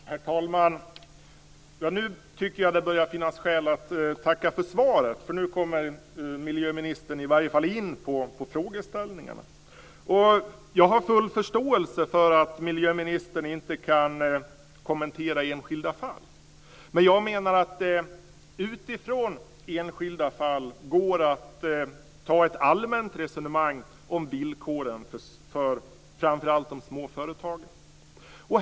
Herr talman! Nu tycker jag att det börjar finnas skäl att tacka för svaret, för nu kommer miljöministern i varje fall in på frågeställningarna. Jag har full förståelse för att miljöministern inte kan kommentera enskilda fall men jag menar att det utifrån enskilda fall går att ta ett allmänt resonemang om villkoren för framför allt de små företagen.